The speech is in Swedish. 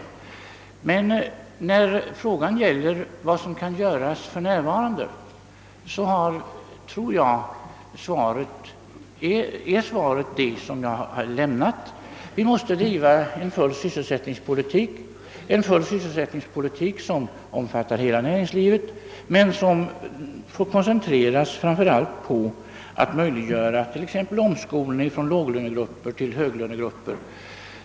När frågan gäller vad som kan göras för närvarande är väl svaret det som jag redan har lämnat: Vi måste driva en fullsysselsättningspolitik som omfattar hela näringslivet men som får koncentreras framför allt på att möjliggöra t.ex. omskolning från låglöneyrken till höglöneyrken.